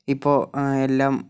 ഇപ്പോൾ എല്ലാം